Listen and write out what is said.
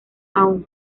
aun